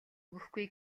өгөхгүй